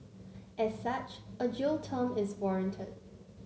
as such a jail term is warranted